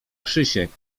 krzysiek